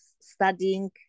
studying